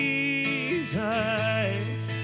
Jesus